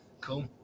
Cool